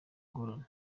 ngorane